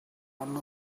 one